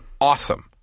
awesome